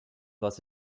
was